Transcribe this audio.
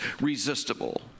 resistible